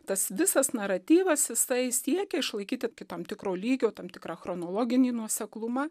tas visas naratyvas jisai siekia išlaikyti iki tam tikro lygio tam tikrą chronologinį nuoseklumą